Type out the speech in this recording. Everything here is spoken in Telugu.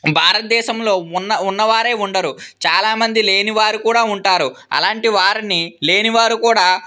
భారత దేశంలో ఉన్న ఉన్నవారే ఉండరు చాలామంది లేనివారు కూడా ఉంటారు అలాంటి వారిని లేనివారు కూడా